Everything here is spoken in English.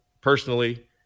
personally